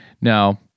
Now